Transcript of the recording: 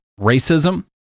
racism